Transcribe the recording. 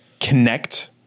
connect